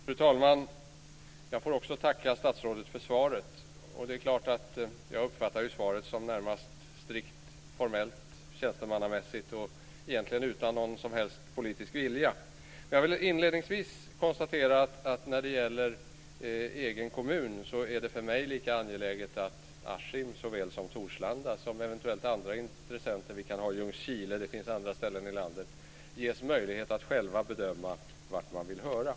Fru talman! Också jag får tacka statsrådet för svaret. Det är klart att jag närmast uppfattar svaret som strikt formellt, tjänstemannamässigt och egentligen utan någon som helst politisk vilja. När det gäller detta med egen kommun är det för mig lika angeläget att Askim, lika väl som Torslanda och eventuellt andra intressenter - Ljungskile eller andra ställen i landet - ges möjlighet att själv bedöma vart man vill höra.